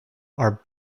are